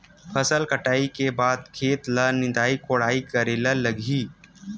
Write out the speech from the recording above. फसल कटाई के बाद खेत ल निंदाई कोडाई करेला लगही?